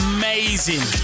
amazing